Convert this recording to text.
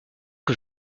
que